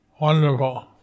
wonderful